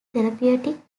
therapeutic